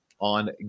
on